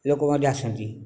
ଲୋକ ମଧ୍ୟ ଆସନ୍ତି